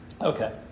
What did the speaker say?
Okay